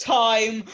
time